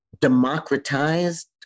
democratized